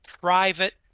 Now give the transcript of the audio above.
private